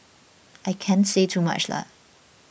I can't say too much lah